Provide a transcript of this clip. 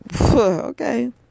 okay